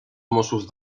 mossos